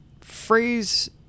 phrase